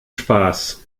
spaß